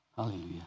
Hallelujah